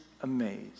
amazed